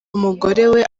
umugore